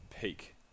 peak